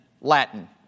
Latin